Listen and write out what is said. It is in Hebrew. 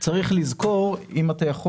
אם אתם